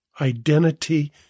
identity